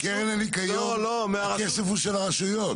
אבל קרן הניקיון, הכסף הוא של הרשויות.